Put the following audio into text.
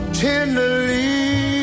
tenderly